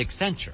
Accenture